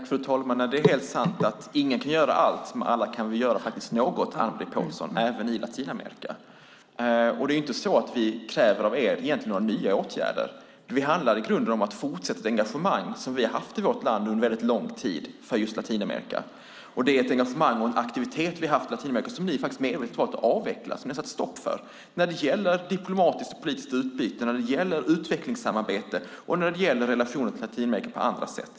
Fru talman! Det är helt sant att ingen kan göra allt. Men alla kan väl göra något, Anne-Marie Pålsson, även i Latinamerika. Det är inte så att vi kräver några nya åtgärder av er. Det handlar i grunden om att fortsätta ett engagemang för just Latinamerika som vi har haft i vårt land under väldigt lång tid. Det är ett engagemang och en aktivitet vi har haft i Latinamerika som ni har avvecklat och satt stopp för när det gäller diplomatiskt och politiskt utbyte, när det gäller utvecklingssamarbete och när det gäller relationer till Latinamerika på andra sätt.